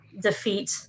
defeat